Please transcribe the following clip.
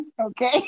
Okay